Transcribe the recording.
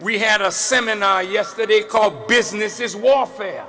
we had a seminar yesterday called business is war fa